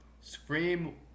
Scream